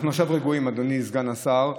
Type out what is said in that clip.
אנחנו עכשיו רגועים, אדוני סגן השר.